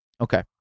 Okay